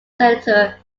senator